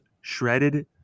shredded